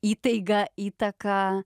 įtaiga įtaka